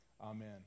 Amen